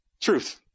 truth